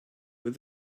with